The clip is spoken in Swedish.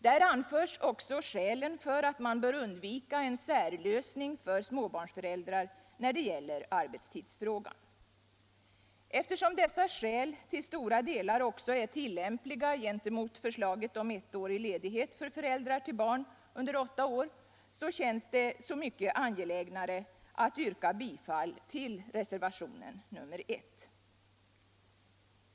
Där anförs också skälen för att man bör undvika en särlösning för småbarnsföräldrar när det gäller arbetstidsfrågan. Eftersom dessa skäl till stora delar också är tillämpliga gentemot förslaget om ettårig ledighet för föräldrar till barn under åtta år känns det så mycket angelägnare att yrka bifall till reservationen 1.